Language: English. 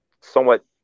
somewhat